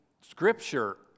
Scripture